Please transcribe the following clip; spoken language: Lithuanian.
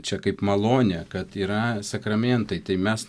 čia kaip malonė kad yra sakramentai tai mes